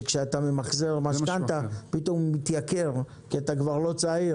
שכשאתה ממחזר משכנתה פתאום זה מתייקר כי אתה כבר לא צעיר.